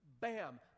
Bam